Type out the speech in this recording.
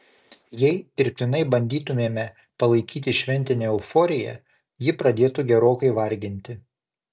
jei dirbtinai bandytumėme palaikyti šventinę euforiją ji pradėtų gerokai varginti